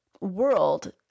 world